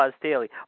Daily